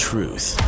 Truth